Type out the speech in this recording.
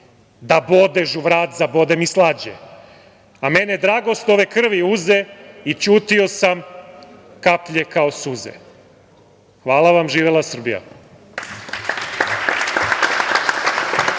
Da bodež u vrat zabode mi slađe. A meni dragost ove krvi uze, i ćutio sam kaplje kao suze.“ Hvala vam i živela Srbija.